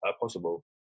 possible